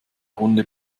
runde